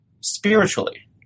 spiritually